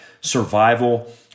survival